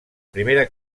primera